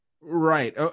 right